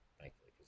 thankfully